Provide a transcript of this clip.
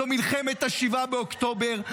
זו מלחמת 7 באוקטובר,